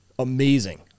amazing